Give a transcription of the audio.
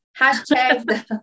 hashtag